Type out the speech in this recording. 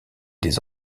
des